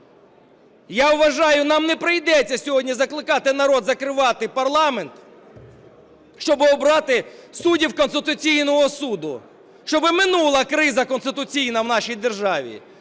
Я вважаю, нам не прийдеться сьогодні закликати народ закривати парламент, щоб обрати суддів Конституційного Суду, щоб минула криза конституційна в нашій державі.